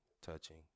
touching